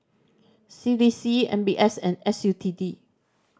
C D C M B S and S U T D